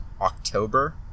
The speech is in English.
October